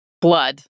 blood